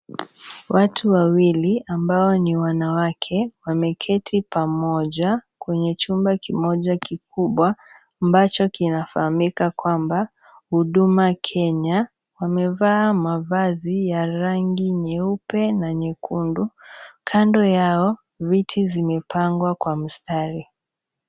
Watu wawili ambao ni wanawake wameketi pamoja kwenye chumba kimoja kikubwa ambacho kinafahamika kwamba Huduma Kenya wamevaa mavazi ya rangi nyeupe na nyekundu kando yao viti zimepangwa kwa mstari.